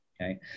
okay